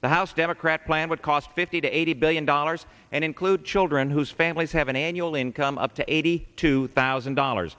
the house democrat plan would cost fifty to eighty billion dollars and include children whose families have an annual income up to eighty two thousand dollars